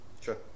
Sure